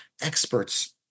experts